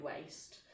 waste